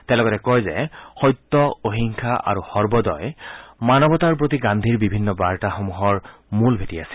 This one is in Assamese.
তেওঁ লগতে কয় যে সত্য অহিংসা আৰু সৰ্বোদয় মানৱতাৰ প্ৰতি গান্ধীৰ বিভিন্ন বাৰ্তাৰ মূল ভেটি আছিল